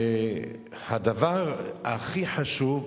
והדבר הכי חשוב,